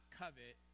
covet